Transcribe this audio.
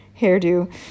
hairdo